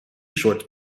shorts